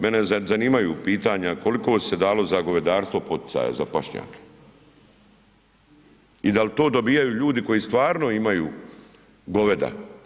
Mene zanimaju pitanja, koliko se dalo za govedarstvo poticaja, za pašnjake i da li to dobivaju ljudi koji stvarno imaju goveda?